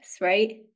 right